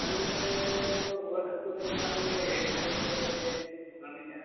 ᱟᱞᱮ ᱫᱚ ᱨᱩᱣᱟᱹ ᱦᱟᱹᱥᱩ ᱞᱮᱱ ᱠᱷᱟᱱ ᱞᱮ ᱨᱮᱦᱮᱫ ᱥᱮᱦᱮᱫ ᱠᱚᱜᱮ ᱞᱮ ᱨᱟᱱᱮᱜᱼᱟ